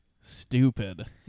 stupid